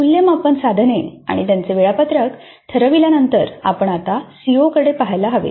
मूल्यमापन साधने आणि त्यांचे वेळापत्रक ठरविल्यानंतर आपण आता सीओकडे पहायला हवे